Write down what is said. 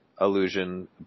illusion